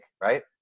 right